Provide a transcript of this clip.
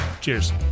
cheers